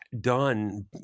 done